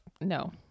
no